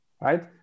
right